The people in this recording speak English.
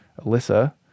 Alyssa